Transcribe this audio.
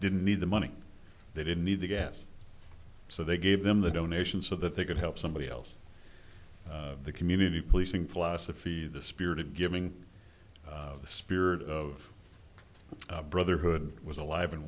didn't need the money they didn't need the gas so they gave them the donation so that they could help somebody else the community policing philosophy the spirit of giving spirit of brotherhood was alive and